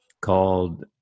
called